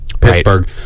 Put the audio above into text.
Pittsburgh